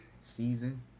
season